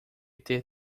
ter